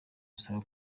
usaba